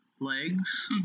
legs